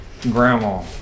Grandma